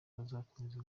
bazakomeza